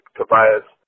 Tobias